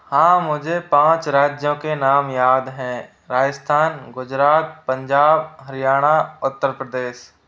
हाँ मुझे पाँच राज्यों के नाम याद हैं राजस्थान गुजरात पंजाब हरियाणा उत्तर प्रदेश